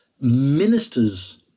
ministers